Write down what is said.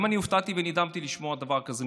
גם אני הופתעתי ונדהמתי לשמוע דבר כזה,